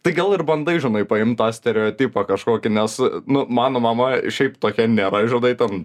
tai gal ir bandai žinai paimt tą stereotipą kažkokį nes nu mano mama šiaip tokia nėra žinai ten